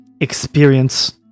experience